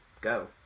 go